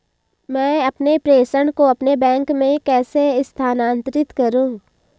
मैं अपने प्रेषण को अपने बैंक में कैसे स्थानांतरित करूँ?